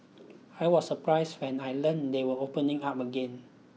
I was surprised when I learnt they were opening up again